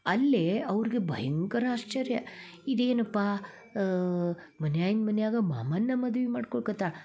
ಅಲ್ಲಿ ಅವ್ರಿಗೆ ಭಯಂಕರ ಆಶ್ಚರ್ಯ ಇದೇನಪ್ಪ ಮನ್ಯಾಯಿಂದ ಮನೆಯಾಗ ಮಾಮನ್ನೇ ಮದ್ವೆ ಮಾಡ್ಕೊಳ್ಕತ್ತಾಳೆ